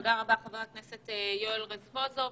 תודה רבה, חבר הכנסת יואל רזבוזוב.